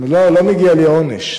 אם לא, לא מגיע לי עונש.